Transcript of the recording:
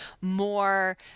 more